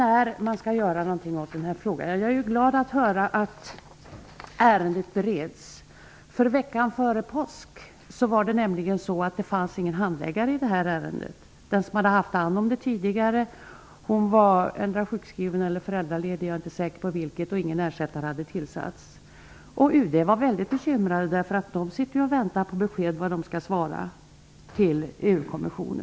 Jag är glad över att höra att ärendet bereds. Veckan före påsk fanns det nämligen ingen handläggare i detta ärende. Hon som hade haft hand om det tidigare var endera sjukskriven eller föräldraledig -- jag är inte säker på vilket. Ingen ersättare hade tillsatts. På UD var man bekymrad. Där sitter man ju och väntar på besked för att veta vad man skall svara EU-kommission.